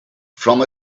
from